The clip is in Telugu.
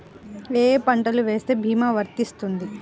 ఏ ఏ పంటలు వేస్తే భీమా వర్తిస్తుంది?